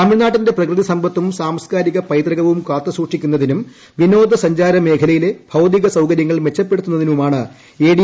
തമിഴ്നാട്ടിന്റെ പ്രകൃതി സമ്പത്തും സാംസ്ക്കാരിക പൈതൃകവും കാത്തുസ്കൂക്ഷിക്കുന്നതിനും വിനോദ സഞ്ചാര മേഖലയിലെ ഭൌത്രീക്ക് സൌകര്യങ്ങൾ മെച്ചപ്പെടുത്തുന്നതിനുമാണ് എഡ്ഡി